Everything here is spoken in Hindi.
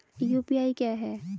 यू.पी.आई क्या है?